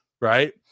right